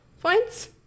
points